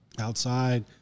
outside